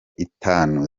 itanu